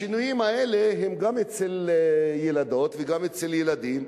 השינויים האלה הם גם אצל ילדות וגם אצל ילדים,